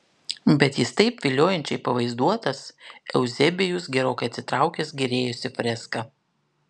bet jis taip viliojančiai pavaizduotas euzebijus gerokai atsitraukęs gėrėjosi freska